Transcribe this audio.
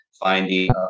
finding